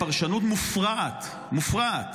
פרשנות באמת מופרעת, מופרעת,